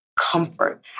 comfort